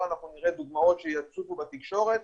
אנחנו נראה דוגמאות שיצוצו בתקשורת,